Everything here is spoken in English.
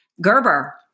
Gerber